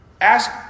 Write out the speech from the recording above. Ask